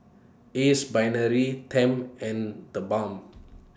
Ace Brainery Tempt and The Balm